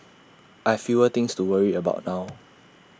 I fewer things to worry about now